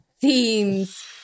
themes